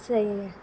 صحیح ہے